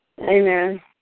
Amen